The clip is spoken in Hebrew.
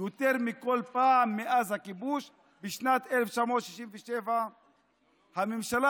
יותר מכל פעם מאז הכיבוש בשנת 1967. הממשלה